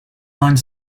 line